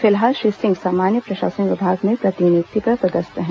फिलहाल श्री सिंह सामान्य प्रशासन विभाग में प्रतिनियुक्ति पर पदस्थ हैं